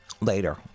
Later